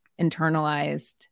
internalized